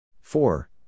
Four